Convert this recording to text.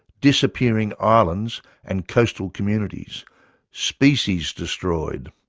disappearing islands and coastal communities species destroyed,